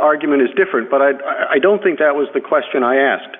rgument is different but i don't think that was the question i asked